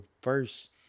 First